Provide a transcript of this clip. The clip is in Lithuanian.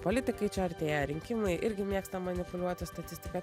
politikai čia artėja rinkimai irgi mėgsta manipuliuoti statistika